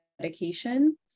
medication